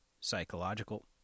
psychological